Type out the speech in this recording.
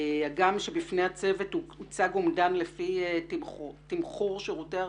הגם שבפני הצוות הוצג לפי תמחור שירותי הרווחה,